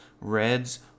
Reds